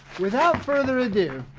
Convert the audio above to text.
without further ado.